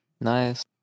Nice